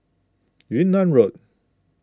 Yunnan Road